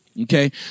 Okay